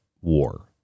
war